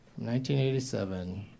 1987